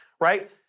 right